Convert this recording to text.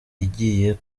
igiye